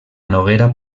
noguera